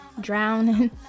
drowning